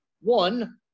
One